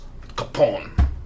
Capone